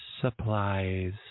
supplies